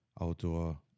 outdoor